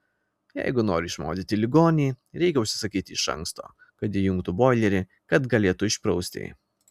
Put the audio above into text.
jeigu nori išmaudyti ligonį reikia užsisakyti iš anksto kad įjungtų boilerį kad galėtų išprausti